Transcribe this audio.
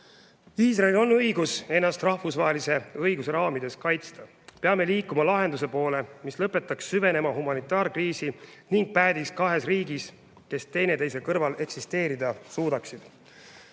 Iisraelil on õigus ennast rahvusvahelise õiguse raamides kaitsta. Peame liikuma lahenduse poole, mis lõpetaks süveneva humanitaarkriisi ning päädiks kahes riigis, kes teineteise kõrval eksisteerida suudaksid.